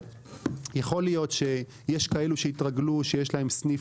יכול להיות שיש כאלה שהתרגלו שיש להם סניף